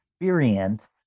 experience